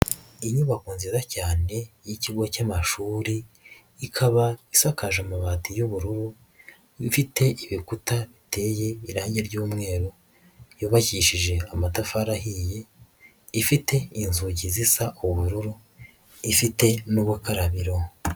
Inyubako nziza cyane y'ikigo cy'amashuri ikaba isakaje amabati y'ubururu ifite ibikuta biteye irange ry'umweru, yubakishije amatafari ahiye ifite inzugi zisa ubururu ifite n'ubukarabiro.